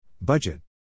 Budget